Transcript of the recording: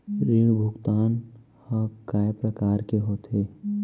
ऋण भुगतान ह कय प्रकार के होथे?